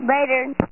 later